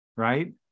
right